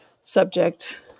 subject